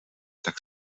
tak